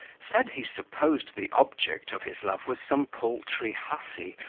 said, he supposed the object of his love was some paltry hussy,